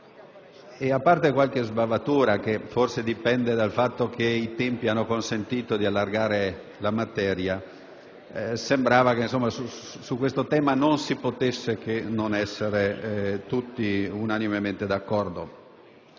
E, a parte qualche sbavatura forse dipendente dal fatto che i tempi hanno consentito di ampliare la materia, sembrava che su questo tema non si potesse non essere tutti unanimemente d'accordo.